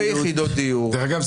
לאשר אלפי יחידות דיור --- דרך אגב,